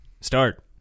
start